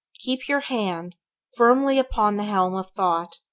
keep your hand firmly upon the helm of thought.